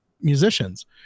musicians